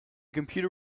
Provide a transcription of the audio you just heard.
computer